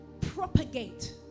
propagate